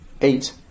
eight